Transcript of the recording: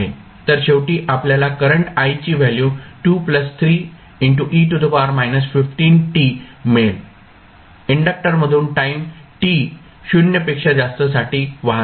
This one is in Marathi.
तर शेवटी आपल्याला करंट I ची व्हॅल्यू मिळेल इंडक्टर मधून टाईम t 0 पेक्षा जास्त साठी वाहते